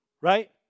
Right